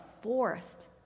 forest